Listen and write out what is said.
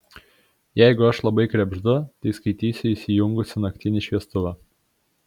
jeigu aš labai krebždu tai skaitysiu įsijungusi naktinį šviestuvą